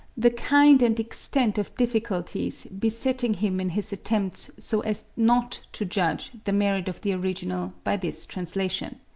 the kind and extent of difficulties besetting him in his attempts so as not to judge the merit of the original by this translation.